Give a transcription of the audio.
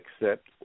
accept